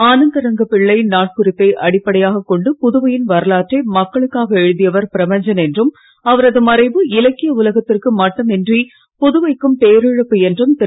ஆனந்தரங்கப்பிள்ளை நாட்குறிப்பை அடிப்படையாக கொண்டு புதுவையின் வரலாற்றை மக்களுக்காக எழுதியவர் பிரபஞ்சன் என்றும் அவரது மறைவு இலக்கிய உலகத்திற்கு மட்டும் அன்றி புதுவைக்கும் பேரிழப்பு என்றும் திரு